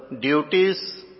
duties